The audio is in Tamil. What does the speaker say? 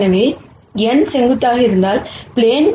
எனவே n செங்குத்தாக இருந்தால் ப்ளேன்